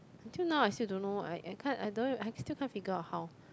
until now I still don't know I I can't I don't I still can't figure out how